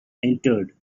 entered